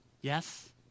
Yes